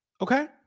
okay